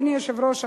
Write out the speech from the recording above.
אדוני היושב-ראש,